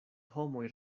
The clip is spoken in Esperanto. homoj